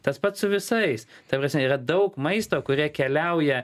tas pats su visais ta prasme yra daug maisto keliauja